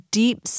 deep